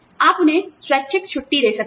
आप उन्हें स्वैच्छिक छुट्टी दे सकते हैं